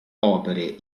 opere